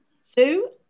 Sue